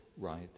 right